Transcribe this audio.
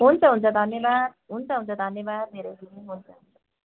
हुन्छ हुन्छ धन्यवाद हुन्छ हुन्छ धन्यवाद धेरै धेरै हुन्छ हुन्छ